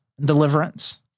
deliverance